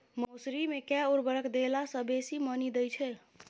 मसूरी मे केँ उर्वरक देला सऽ बेसी मॉनी दइ छै?